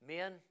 Men